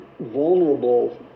vulnerable